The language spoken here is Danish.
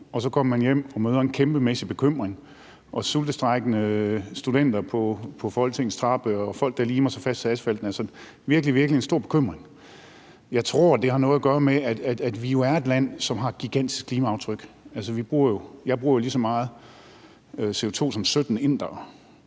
han kommer hjem, møder en kæmpemæssig bekymring, sultestrejkende studenter på Folketingets trappe og folk, der limer sig fast til asfalten, altså en virkelig, virkelig stor bekymring. Jeg tror, det har noget at gøre med, at vi jo er et land, som har et gigantisk klimaaftryk. Altså, jeg forbruger jo lige så meget CO2 som 17 indere.